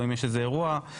או יש איזה אירוע,